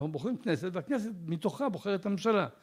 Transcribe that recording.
הם בוחרים כנסת והכנסת מתוכה בוחרת את הממשלה